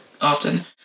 often